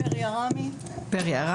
פרי עראמי, בבקשה.